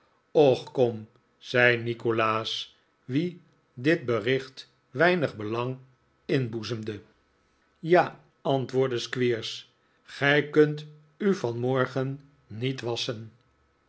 och kom zei nikolaas wien dit bericht weinig belang inboezemde ja antwoordde squeers gij kunt u vahmorgen niet wasschen